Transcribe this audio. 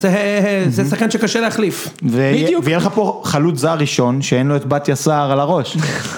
זה שחקן שקשה להחליף. ויהיה לך פה חלות זער ראשון שאין לו את בת יסער על הראש.